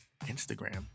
Instagram